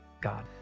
God